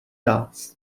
vás